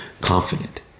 confident